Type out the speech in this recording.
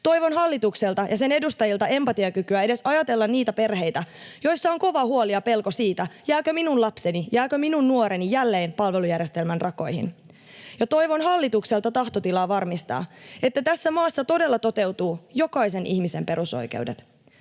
Toivon hallitukselta ja sen edustajilta empatiakykyä edes ajatella niitä perheitä, joissa on kova huoli ja pelko siitä, jääkö minun lapseni, jääkö minun nuoreni jälleen palvelujärjestelmän rakoihin. Ja toivon hallitukselta tahtotilaa varmistaa, että tässä maassa todella toteutuvat jokaisen ihmisen perusoikeudet.